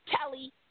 Kelly